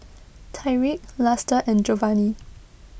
Tyrik Luster and Jovanny